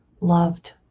loved